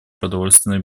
продовольственной